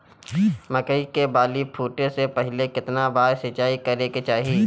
मकई के बाली फूटे से पहिले केतना बार सिंचाई करे के चाही?